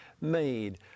made